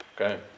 Okay